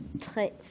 très